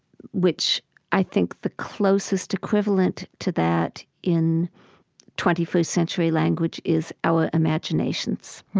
which i think the closest equivalent to that in twenty first century language is our imaginations.